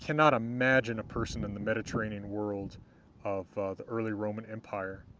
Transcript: cannot imagine a person in the mediterranean world of the early roman empire